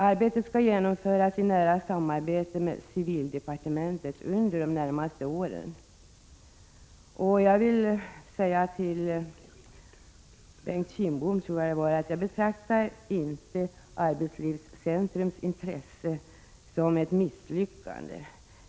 Arbetet skall genomföras i nära samarbete med civildepartementet under de närmaste åren. Jag vill säga till Bengt Kindbom att jag inte betraktar arbetslivscentrums intresse som ett misslyckande.